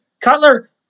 Cutler